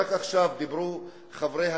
רק עכשיו דיברו חברי הכנסת,